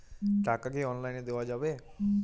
টাকা কি অনলাইনে দেওয়া যাবে?